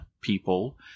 people